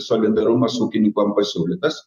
solidarumas ūkininkom pasiūlytas